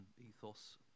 ethos